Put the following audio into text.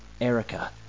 Erica